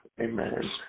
Amen